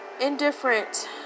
Indifferent